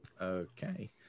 okay